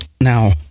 Now